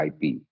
IP